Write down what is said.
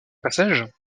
passage